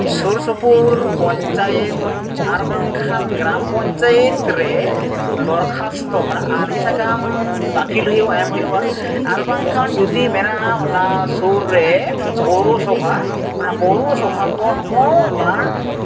ᱥᱩᱨ ᱥᱩᱯᱩᱨ ᱯᱚᱧᱪᱟᱭᱮᱛ ᱟᱨ ᱵᱟᱝᱠᱷᱟᱱ ᱜᱨᱟᱢ ᱯᱚᱧᱪᱟᱭᱮᱛ ᱨᱮ ᱫᱚᱨᱠᱷᱟᱥᱛᱚ ᱢᱟᱱᱮ ᱟᱨᱡᱤ ᱥᱟᱠᱟᱢ ᱫᱟᱹᱠᱷᱤᱞ ᱦᱩᱭᱩᱜᱼᱟ ᱮᱢ ᱦᱩᱭᱩᱜᱼᱟ ᱟᱨ ᱵᱟᱝᱠᱷᱟᱱ ᱡᱩᱫᱤ ᱢᱮᱱᱟᱜᱼᱟ ᱚᱱᱟ ᱥᱩᱨ ᱨᱮ ᱯᱳᱨᱚᱥᱳᱵᱷᱟ ᱚᱱᱟ ᱯᱳᱨᱚᱥᱚᱵᱷᱟ ᱠᱷᱚᱱ ᱦᱚᱸ ᱫᱟᱜ